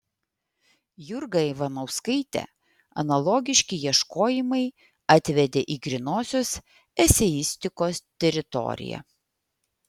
jurgą ivanauskaitę analogiški ieškojimai atvedė į grynosios eseistikos teritoriją